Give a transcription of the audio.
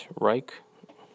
R-E-I-C-H